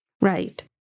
right